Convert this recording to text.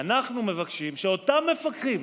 ואנחנו מבקשים שאותם מפקחים,